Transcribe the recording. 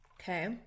Okay